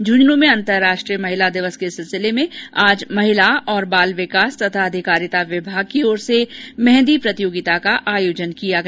झेंझून् में अंतरराष्ट्रीय महिला दिवस के सिलसिले में आज महिला और बाल विकास तथा अधिकारिता विभाग की ओर से मेहदी प्रतियोगिता का आयोजन किया गया